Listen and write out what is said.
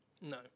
No